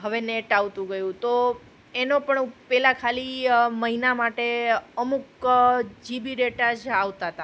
હવે નેટ આવતું ગયું તો એનો પણ ઉ પેલા ખાલી મહિના માટે અમુક જીબી ડેટા જ આવતા હતા